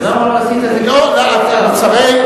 אז למה לא עשית את זה כשהיית שר האוצר?